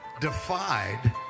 defied